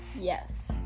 yes